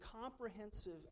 comprehensive